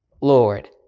Lord